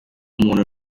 umuntu